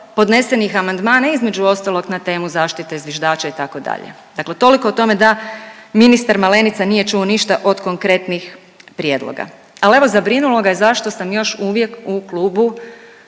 podnesenih amandmana između ostalog na temu zaštite zviždača itd., dakle toliko o tome da ministar Malenica nije čuo ništa od konkretnih prijedloga, ali evo zabrinulo ga je zašto sam još uvijek u klubu